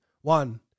One